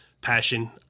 passion